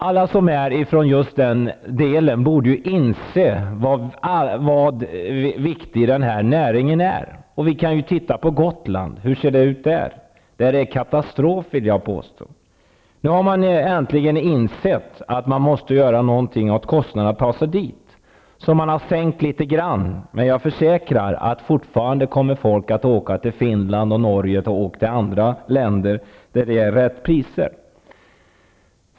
Alla som är från just de delarna av landet borde inse hur viktig denna näring är. Vi kan titta på Gotland -- hur ser det ut där? Jag vill påstå att det är en katastrof där. Nu har man äntligen insett att man måste göra någonting åt kostnaderna för att ta sig dit, så man har sänkt priset litet grand. Men jag kan försäkra er om att folk fortfarande kommer att åka till Finland, Norge och andra länder där det är rätt priser.